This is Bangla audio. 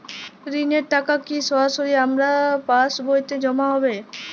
ঋণের টাকা কি সরাসরি আমার পাসবইতে জমা হবে?